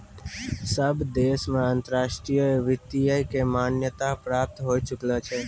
सब देश मे अंतर्राष्ट्रीय वित्त के मान्यता प्राप्त होए चुकलो छै